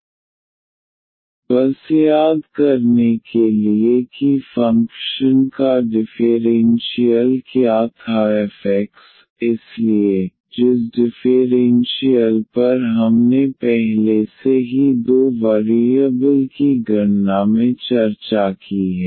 बस याद करने के लिए कि फ़ंक्शन का डिफ़ेरेन्शियल क्या था f x इसलिए जिस डिफ़ेरेन्शियल पर हमने पहले से ही दो वरीयबल की गणना में चर्चा की है